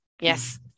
Yes